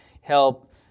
help